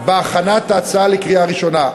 ישונה בהכנת ההצעה לקריאה ראשונה.